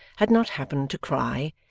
had not happened to cry,